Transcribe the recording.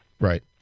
Right